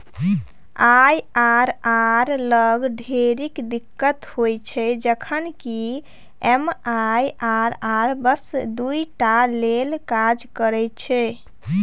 IRR लग ढेरिक दिक्कत होइत छै जखन कि एम.आई.आर.आर बस दुइ टाक लेल काज करैत छै